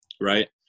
right